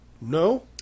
no